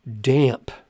damp